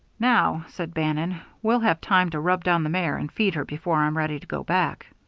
now, said bannon, we'll have time to rub down the mare and feed her before i'm ready to go back.